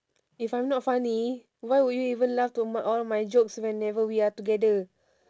if I'm not funny why would you even laugh to my all my jokes whenever we are together